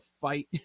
fight